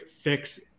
fix